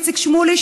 איציק שמולי,